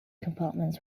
compartments